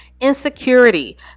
insecurity